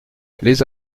les